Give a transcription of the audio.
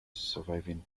surviving